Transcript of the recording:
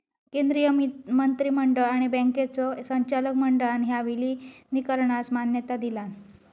केंद्रीय मंत्रिमंडळ आणि बँकांच्यो संचालक मंडळान ह्या विलीनीकरणास मान्यता दिलान